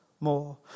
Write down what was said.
more